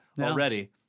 already